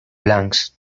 blancs